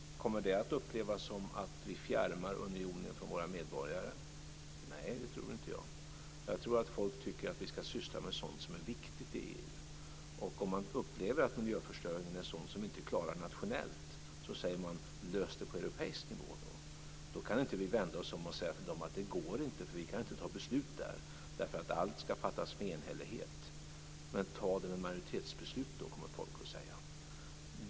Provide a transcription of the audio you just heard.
Kommer det att upplevas som att vi fjärmar unionen från våra medborgare? Nej, det tror inte jag. Jag tror att folk tycker att vi ska syssla med sådant som är viktigt i EU. Om man upplever att miljöförstöringen är sådant som vi inte klarar nationellt säger man: Lös det på europeisk nivå. Då kan vi inte vända oss om och säga att det inte går för vi kan inte fatta några beslut där därför att allt ska fattas med enhällighet. Men ta det med majoritetsbeslut, kommer folk att säga.